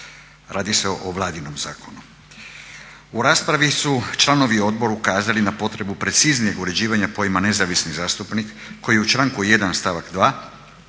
Radi se o Vladinom zakonu. U raspravi su članovi odbora ukazali na potrebu preciznijeg uređivanja pojma nezavisni zastupnik koji u članku 1. stavak 2.